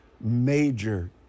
major